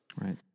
Right